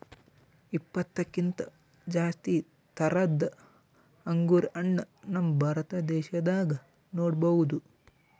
ಇಪ್ಪತ್ತಕ್ಕಿಂತ್ ಜಾಸ್ತಿ ಥರದ್ ಅಂಗುರ್ ಹಣ್ಣ್ ನಮ್ ಭಾರತ ದೇಶದಾಗ್ ನೋಡ್ಬಹುದ್